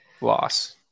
Loss